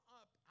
up